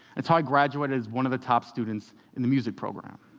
it's how i graduated as one of the top students in the music program.